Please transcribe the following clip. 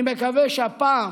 אני מקווה שהפעם